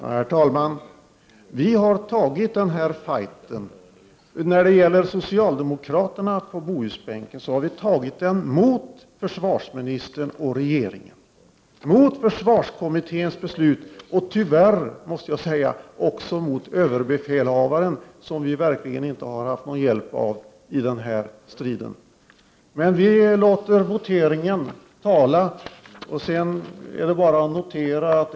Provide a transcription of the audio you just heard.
Herr talman! Vi har tagit den här ”fajten”. Vi socialdemokrater på Bohusbänken har tagit den mot försvarsministern och regeringen, mot försvarskommitténs beslut och tyvärr, måste jag säga, också mot överbefälhavaren, som vi verkligen inte har haft någon hjälp av i den här striden. Vi låter voteringen tala.